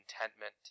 contentment